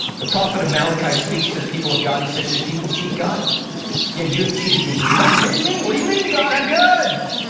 the prophet of malachi speaks to the people of god he says, should people cheat god? yet you have cheated me, but you asked, what do you mean? what do you mean? god, i'm good.